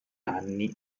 anni